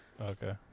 Okay